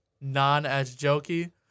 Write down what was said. non-as-jokey